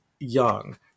young